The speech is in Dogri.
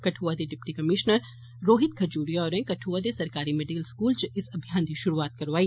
कठुआ दे डिप्टी कमीश्नर रोहित खजूरिया होरें कठुआ दे सरकारी मिडल स्कूल च इस अभियान दी शुरुआत करवाई